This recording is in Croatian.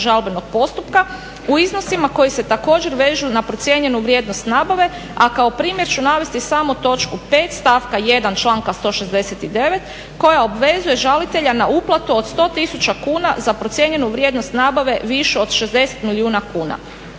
žalbenog postupka u iznosima koji se također vežu na procijenjenu vrijednost nabave. A kao primjer ću navesti samo točku 5.stavka 1.članka 169.koja obvezuje žalitelja na uplatu od 100 tisuća kuna za procijenjenu vrijednost nabave višu od 60 milijuna kuna.